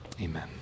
amen